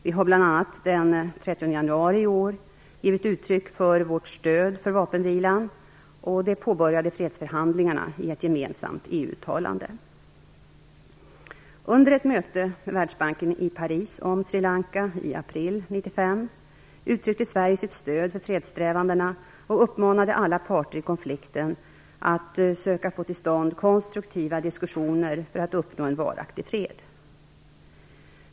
Vi har bl.a. den 30 januari i år givit uttryck för vårt stöd för vapenvilan och de påbörjade fredsförhandlingarna i ett gemensamt EU-uttalande. Lanka uttryckte Sverige sitt stöd för fredssträvandena och uppmanade alla parter i konflikten att söka få till stånd konstruktiva diskussioner för att uppnå en varaktig fred.